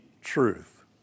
truth